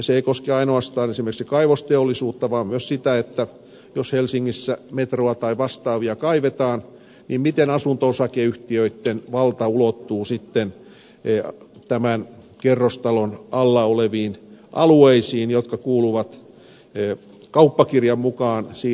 se ei koske ainoastaan esimerkiksi kaivosteollisuutta vaan myös sitä jos helsingissä metrolla tai vastaavissa kaivetaan miten asunto osakeyhtiöitten valta ulottuu sitten tämän kerrostalon alla oleviin alueisiin jotka kuuluvat kauppakirjan mukaan siihen kiinteistöön